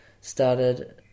Started